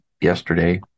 yesterday